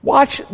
Watch